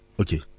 okay